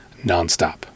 nonstop